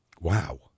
wow